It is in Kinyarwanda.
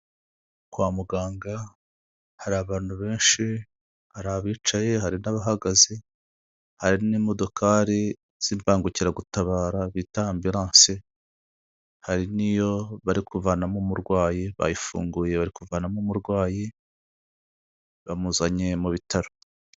Kwa muganga hari abantu benshi hari abicaye hari n'abahagaze, hari n'imodokari z'imbangukiragutabara bita ambiranse hari n'iyo bari kuvanamo umurwayi, bayifunguye bari kuvanamo umurwayi bamuzanye mu bitaro.